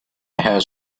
has